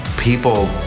people